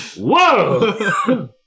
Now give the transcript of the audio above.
Whoa